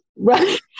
Right